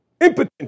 impotent